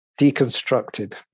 deconstructed